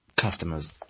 customers